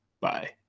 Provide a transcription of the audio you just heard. Bye